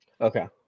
Okay